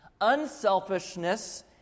unselfishness